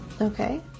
Okay